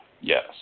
Yes